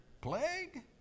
plague